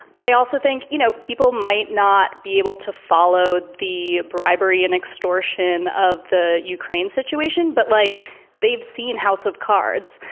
i also think, you know, people might not be able to follow the bribery and extortion of the ukraine situation, but like they've seen house of cards,